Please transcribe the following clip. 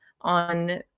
on